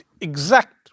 exact